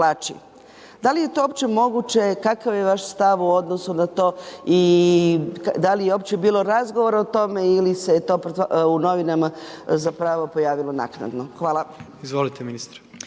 Da li je to uopće moguće, kakav je vaš stav u odnosu na to, da li je uopće bilo razgovora o tome ili se to u novinama zapravo pojavilo naknado. Hvala. **Jandroković,